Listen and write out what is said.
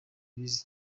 bize